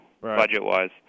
budget-wise